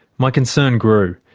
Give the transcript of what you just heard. my concern grew.